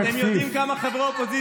אתם יודעים כמה חברי אופוזיציה היו?